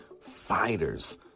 fighters